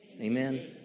Amen